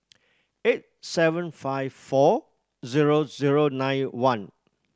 eight seven five four zero zero nine one